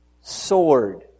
sword